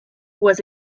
was